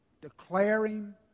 declaring